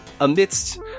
amidst